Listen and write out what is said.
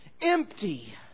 empty